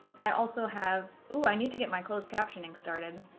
i also have ooh i need to get my closed captioning started.